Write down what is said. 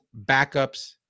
backups